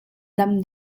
dam